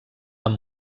amb